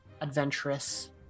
adventurous